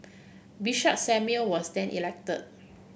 Bishop Samuel was then elected